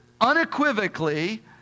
unequivocally